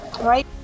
Right